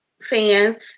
fan